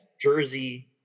jersey